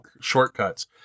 shortcuts